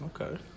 Okay